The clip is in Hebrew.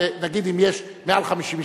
נגיד, אם יש מעל 50 משפחות,